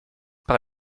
par